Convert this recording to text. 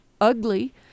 ugly